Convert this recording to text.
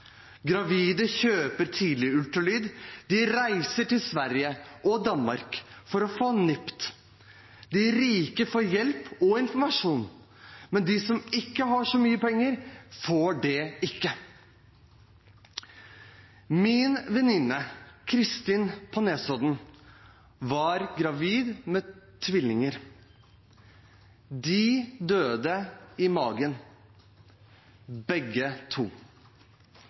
Gravide kjøper tidlig ultralyd, de reiser til Sverige eller Danmark for å få NIPT. De rike får hjelp og informasjon, men de som ikke har så mye penger, får det ikke. Min venninne Christin på Nesodden var gravid med tvillinger. De døde i magen, begge to.